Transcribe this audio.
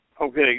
Okay